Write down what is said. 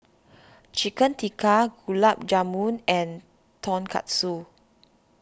Chicken Tikka Gulab Jamun and Tonkatsu